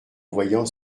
voyant